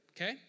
okay